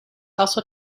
also